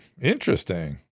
Interesting